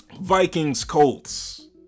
Vikings-Colts